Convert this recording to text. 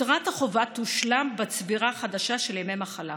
יתרת החובה תושלם בצבירה החדשה של ימי מחלה.